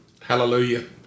hallelujah